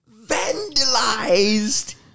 vandalized